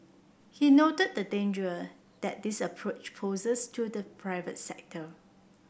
he noted the danger that this approach poses to the private sector